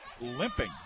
limping